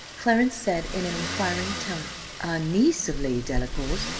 clarence said in an inquiring tone a niece of lady delacour's?